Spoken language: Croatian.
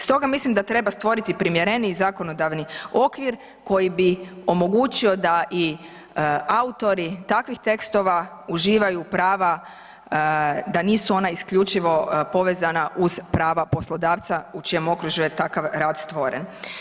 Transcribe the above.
Stoga mislim da treba stvoriti primjereniji zakonodavni okvir koji bi omogućio da i autori takvih tekstova uživaju prava da nisu isključivo povezana uz prava poslodavca u čijem okružju je takav rad stvoren.